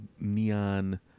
neon